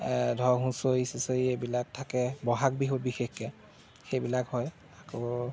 ধৰক হুঁচৰি চুঁচৰি এইবিলাক থাকে ব'হাগ বিহুত বিশেষকৈ সেইবিলাক হয় আকৌ